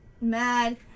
mad